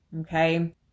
okay